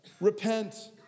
Repent